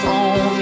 on